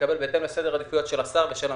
מקבל בהתאם לסדר העדיפויות של השר ושל המשרד.